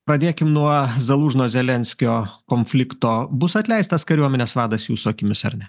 pradėkim nuo zalūžno zelenskio konflikto bus atleistas kariuomenės vadas jūsų akimis ar ne